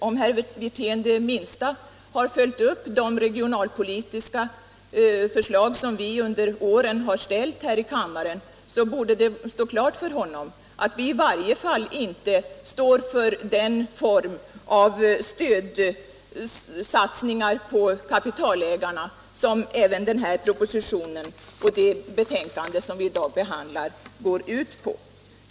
Om herr Wirtén det minsta följt de regionalpolitiska förslag som vi under åren har ställt här i kammaren borde det vara klart för honom att vi i varje fall inte står för den form av stödsatsningar på kapitalägarna som även denna proposition och det betänkande som vi i dag behandlar går ut på.